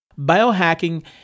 biohacking